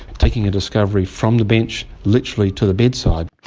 taking a discovery from the bench literally to the bedside.